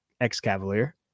ex-Cavalier